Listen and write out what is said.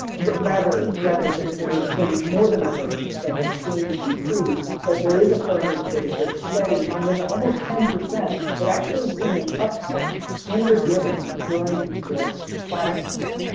rather, rather, there's been more than a third that have seen a decrease, but there is a third. that is very steady and then almost ten percent that actually have seen an uptick in their giving during this crisis.